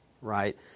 right